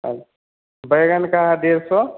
आ बैंगन का है डेढ़ सौ